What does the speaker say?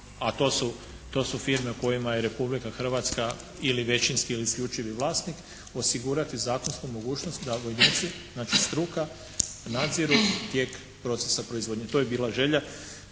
a to su firme u kojima je Republika Hrvatska ili većinski ili isključivi vlasnik, osigurati zakonsku mogućnost da … znači struka nadziru tijek procesa proizvodnje. To je bila želja